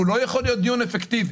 לא יכול להיות דיון אפקטיבי.